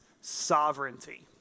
sovereignty